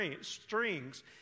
strings